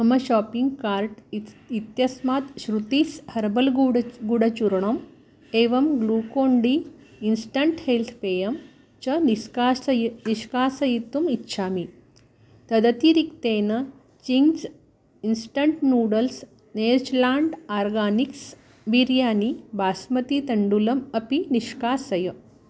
मम shopping cart इति इत्यस्मात् श्रुतीस् हर्बल् गुढं गुढचूर्णम् एवं ग्लूकोन् डी इन्स्टण्ट् हेल्त् पेयं च निस्कासय निष्कासयितुम् इच्छामि तदतिरिक्तेन Ching's instant noodles Natureland Organics biryani बास्मतीतण्डुलम् अपि निष्कासय